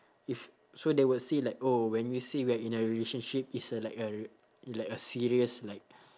if so they will see like oh when we say we are in a relationship it's uh like a like a serious like